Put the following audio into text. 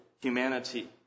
humanity